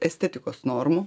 estetikos normų